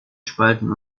spalten